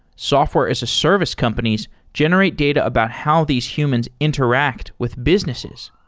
software as a service companies generate data about how these humans interact with businesses.